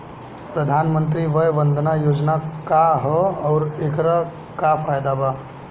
प्रधानमंत्री वय वन्दना योजना का ह आउर एकर का फायदा बा?